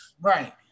Right